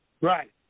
Right